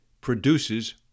produces